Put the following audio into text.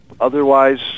Otherwise